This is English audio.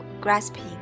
grasping